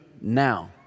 now